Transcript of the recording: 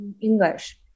english